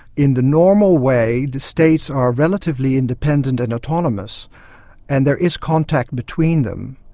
in the normal way the states are relatively independent and autonomous and there is contact between them,